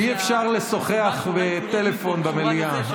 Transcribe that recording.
שאי-אפשר לשוחח בטלפון במליאה.